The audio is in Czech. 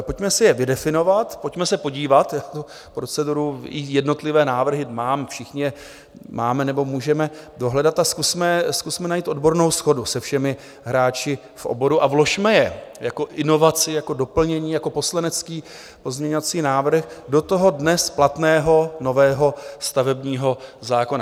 Pojďme si je vydefinovat, pojďme se podívat, jak tu proceduru i jednotlivé návrhy mám, všichni je máme nebo můžeme dohledat a zkusme najít odbornou shodu se všemi hráči v oboru a vložme je jako inovaci, jako doplnění, jako poslanecký pozměňovací návrh do toho dnes platného nového stavebního zákona.